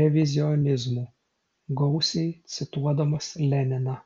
revizionizmu gausiai cituodamas leniną